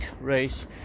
race